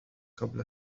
قبل